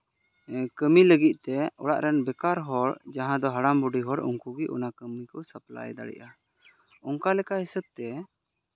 ᱠᱟᱹᱢᱤ ᱞᱟᱹᱜᱤᱫ ᱛᱮ ᱚᱲᱟᱜ ᱨᱮᱱ ᱵᱮᱠᱟᱨ ᱦᱚᱲ ᱡᱟᱦᱟᱸ ᱫᱚ ᱦᱟᱲᱟᱢᱼᱵᱩᱰᱦᱤ ᱦᱚᱲ ᱩᱱᱠᱩ ᱜᱮ ᱚᱱᱟ ᱠᱟᱹᱢᱤ ᱠᱚ ᱥᱟᱯᱞᱟᱭ ᱫᱟᱲᱮᱭᱟᱜᱼᱟ ᱚᱱᱠᱟ ᱞᱮᱠᱟ ᱦᱤᱥᱟᱹᱵᱛᱮ